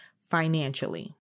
financially